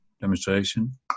demonstration